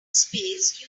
space